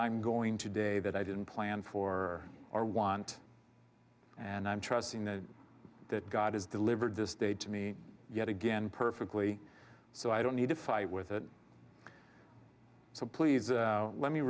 i'm going today that i didn't plan for or want and i'm trusting the that god has delivered this day to me yet again perfectly so i don't need to fight with it so please let me